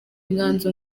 inganzo